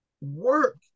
work